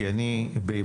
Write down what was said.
כי אני בעמדתך,